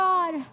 God